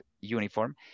uniform